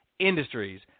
industries